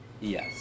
Yes